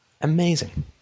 Amazing